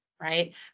right